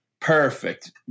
perfect